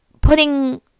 putting